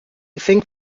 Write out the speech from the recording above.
think